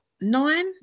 nine